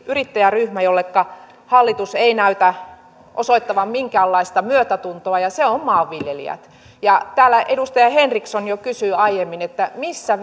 yrittäjäryhmä jolleka hallitus ei näytä osoittavan minkäänlaista myötätuntoa ja se on maanviljelijät täällä edustaja henriksson jo kysyi aiemmin missä